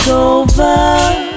over